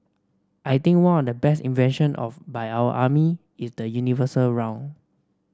I think one of the best invention of by our army is the universal round